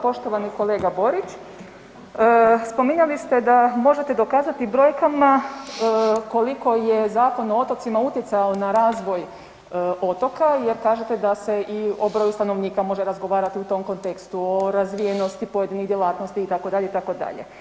Poštovani kolega Borić, spominjali ste da možete dokazati brojkama koliko je Zakon o otocima utjecao na razvoj otoka jer kažete da se i o broju stanovnika može razgovarati u tom kontekstu, o razvijenosti pojedinih djelatnosti itd., itd.